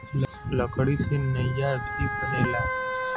लकड़ी से नईया भी बनेला